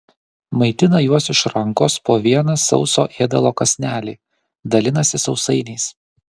maitina juos iš rankos po vieną sauso ėdalo kąsnelį dalinasi sausainiais